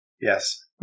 Yes